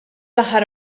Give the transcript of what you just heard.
aħħar